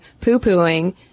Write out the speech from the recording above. poo-pooing